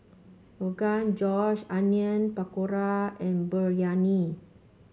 Rogan Josh Onion Pakora and Biryani